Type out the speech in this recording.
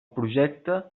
projecte